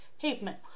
pavement